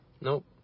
nope